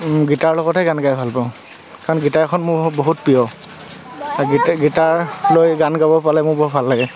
guitar লগতহে গান গাই ভাল পাওঁ কাৰণ গীটাৰখন মোৰ বহুত প্ৰিয় গীত গীটাৰ লৈ গান গাব পালে মোৰ বৰ ভাল লাগে